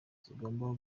zigomba